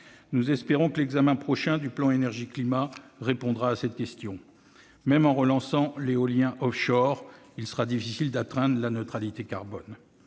Nous espérons que l'examen prochain du plan énergie-climat y répondra. Même en relançant l'éolien, il sera difficile d'atteindre la neutralité carbone.